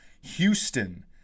Houston